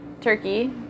turkey